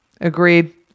Agreed